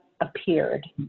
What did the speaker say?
appeared